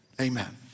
Amen